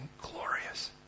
glorious